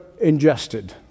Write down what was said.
ingested